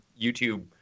YouTube